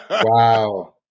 Wow